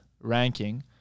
ranking